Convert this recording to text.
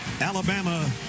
Alabama